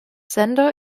sender